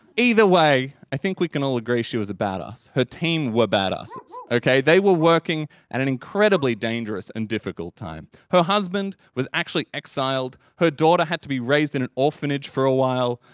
either way, i think we can all agree she was a badass. her team were badasses. they were working at an incredibly dangerous and difficult time. her husband was actually exiled, her daughter had to be raised in an orphanage for a while,